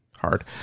hard